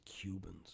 Cubans